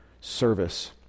service